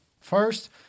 First